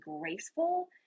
graceful